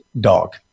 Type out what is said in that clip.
dog